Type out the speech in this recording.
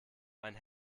mein